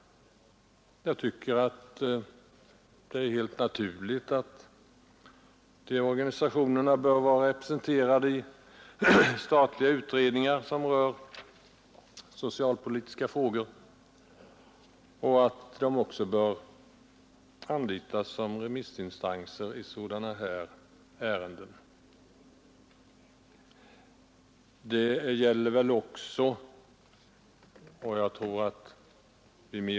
Jag tycker att dessa organisationer bör vara representerade i statliga utredningar som rör socialpolitiska frågor och att de också bör anlitas som remissinstanser i sådana ärenden.